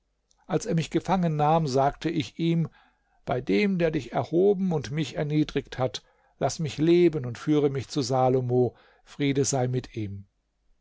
als er mich gefangennahm sagte ich ihm bei dem der dich erhoben und mich erniedrigt hat laß mich leben und führe mich zu salomo friede sei mit ihm